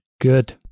Good